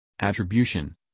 attribution